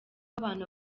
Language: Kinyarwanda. abantu